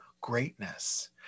greatness